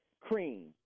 Cream